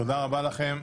תודה רבה לכם.